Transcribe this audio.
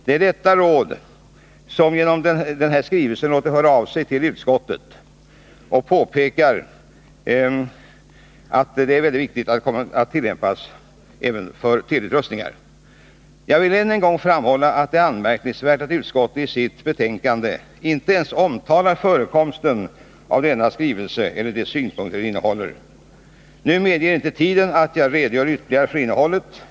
Det är detta råd som genom den här skrivelsen låtit höra av sig till utskottet och som pekar på de förhållanden som bör beaktas beträffande provningen av teleutrustningar. Jag vill än en gång framhålla att det är anmärkningsvärt att utskottet i sitt betänkande inte ens omtalar förekomsten av denna skrivelse eller de synpunkter den innehåller. Tiden medger inte att jag nu redogör ytterligare för innehållet.